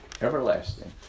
Everlasting